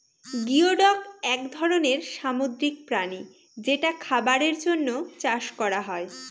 geoduck এক ধরনের সামুদ্রিক প্রাণী যেটা খাবারের জন্য চাষ করা হয়